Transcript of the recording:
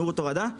מהירות הורדה,